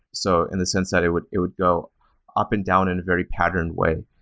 so in the sense that it would it would go up and down in a very patterned way.